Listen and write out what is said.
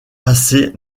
assez